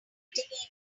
occasionally